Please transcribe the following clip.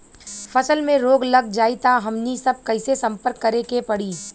फसल में रोग लग जाई त हमनी सब कैसे संपर्क करें के पड़ी?